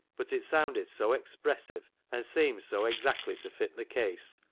but it sounded so expressive, and seemed so exactly to fit the case,